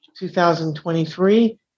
2023